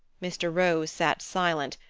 mr. rose sat silent,